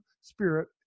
spirit